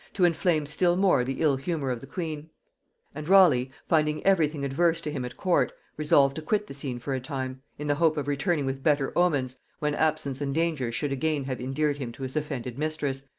to inflame still more the ill-humour of the queen and raleigh, finding every thing adverse to him at court, resolved to quit the scene for a time, in the hope of returning with better omens, when absence and dangers should again have endeared him to his offended mistress,